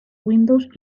windows